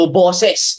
bosses